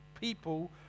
people